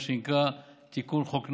מה שנקרא "תיקון חוק נאווי"